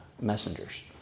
messengers